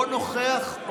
או נוכח,